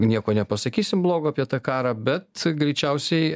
nieko nepasakysim blogo apie tą karą bet greičiausiai